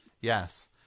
Yes